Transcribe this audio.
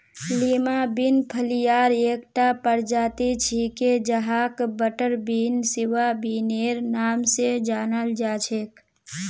Lima bean फलियार एकता प्रजाति छिके जहाक बटरबीन, सिवा बिनेर नाम स जानाल जा छेक